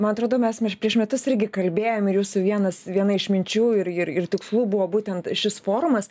man atrodo mes ir prieš metus irgi kalbėjom ir jūsų vienas viena iš minčių ir ir tikslų buvo būtent šis forumas